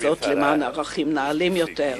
זאת למען ערכים נעלים יותר.